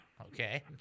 Okay